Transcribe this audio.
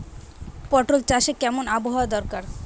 পটল চাষে কেমন আবহাওয়া দরকার?